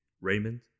Raymond